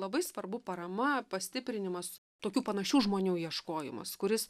labai svarbu parama pastiprinimas tokių panašių žmonių ieškojimas kuris